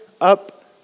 up